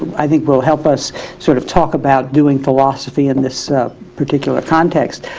i think will help us sort of talk about doing philosophy in this particular context,